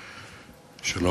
היושב-ראש,